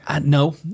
no